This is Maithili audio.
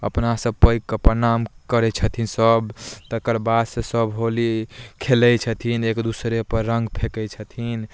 अपनासँ पैघ केँ प्रणाम करै छथिन सभ तकर बादसँ सभ होली खेलै छथिन एक दूसरेपर रङ्ग फेँकै छथिन